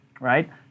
right